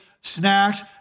snacks